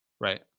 Right